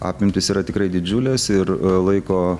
apimtys yra tikrai didžiulės ir laiko